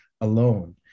alone